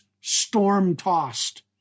storm-tossed